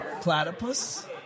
Platypus